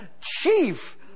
chief